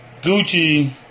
Gucci